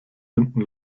hinten